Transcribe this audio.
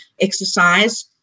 exercise